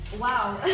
Wow